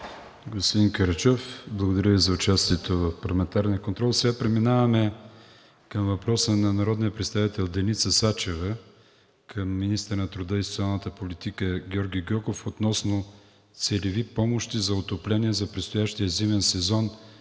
Господин Караджов, благодаря Ви за участието в парламентарния контрол. Сега преминаваме към въпроса на народния представител Деница Сачева към министъра на труда и социалната политика Георги Гьоков относно целеви помощи за отопление за предстоящия зимен сезон